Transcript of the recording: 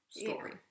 story